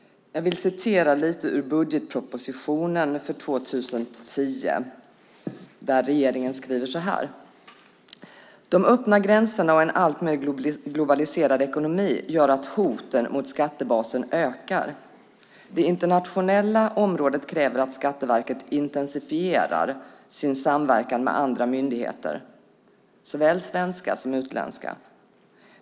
Jag vill citera lite ur budgetspropositionen för 2010, där regeringen skriver så här: "De öppna gränserna och en alltmer globaliserad ekonomi gör att hoten mot skattebasen ökar. Det internationella området kräver att Skatteverket intensifierar sin samverkan med andra myndigheter, såväl svenska som utländska.